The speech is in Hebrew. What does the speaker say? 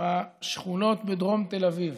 בשכונות בדרום תל אביב,